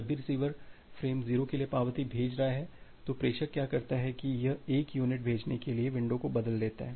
जब भी receiver frame 0 के लिए पावती भेज रहा है तो प्रेषक क्या करता है कि यह 1 यूनिट भेजने के लिए विंडो को बदल देता है